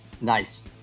Nice